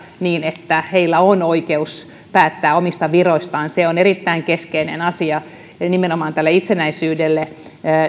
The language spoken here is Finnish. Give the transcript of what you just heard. niin että heillä on oikeus päättää omista viroistaan se on erittäin keskeinen asia nimenomaan tälle itsenäisyydelle